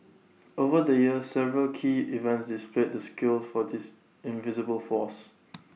over the years several key events displayed the skills for this invisible force